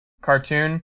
cartoon